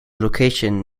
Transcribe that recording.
location